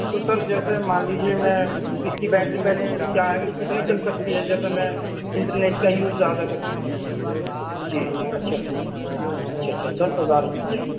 تو سر جیسے مان لیجیے میں اس کی بیٹری بیکپ کی کیا ہے کہ کتنی چل سکتی ہے جیسے میں انٹرنیٹ کا یوز زیادہ کرتا ہوں جی جی اچھا اچھا اچھا دس ہزار ایم ایچ